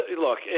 look